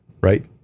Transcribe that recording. right